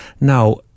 Now